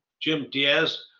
jim diaz,